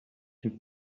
and